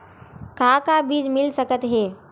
का का बीज मिल सकत हे?